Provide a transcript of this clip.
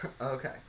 Okay